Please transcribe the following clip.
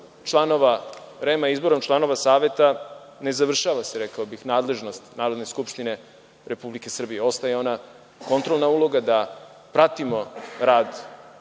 članova REM-a i izborom članova Saveta ne završava se, rekao bih, nadležnost Narodne skupštine Republike Srbije. Ostaje ona kontrolna uloga, da pratimo rad